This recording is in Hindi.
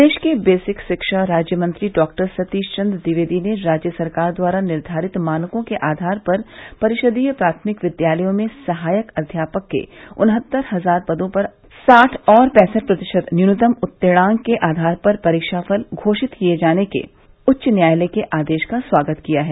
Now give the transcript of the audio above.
प्रदेश के बेसिक शिक्षा राज्यमंत्री डॉक्टर सतीश चन्द्र द्विवेदी ने राज्य सरकार द्वारा निर्धारित मानकों के आधार पर परिषदीय प्राथमिक विद्यालयों में सहायक अध्यापक के उन्हत्तर हजार पदों पर साठ और पैंसठ प्रतिशत न्यूनतम उत्तीर्णंक के आधार पर परीक्षाफल घोषित किये जाने के उच्च न्यायालय के आदेश का स्वागत किया है